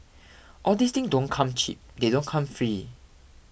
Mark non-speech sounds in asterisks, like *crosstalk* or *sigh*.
*noise* all these thing don't come cheap they don't come free